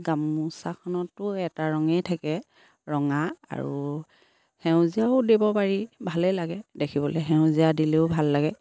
গামোচাখনতো এটা ৰঙেই থাকে ৰঙা আৰু সেউজীয়াও দিব পাৰি ভালেই লাগে দেখিবলৈ সেউজীয়া দিলেও ভাল লাগে